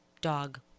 dog